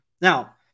Now